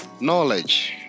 knowledge